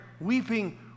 weeping